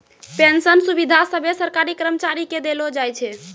pension सुविधा सभे सरकारी कर्मचारी के देलो जाय छै